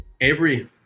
Avery